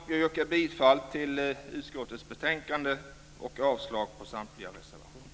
Jag yrkar bifall till förslaget i utskottets betänkande och avslag på samtliga reservationer.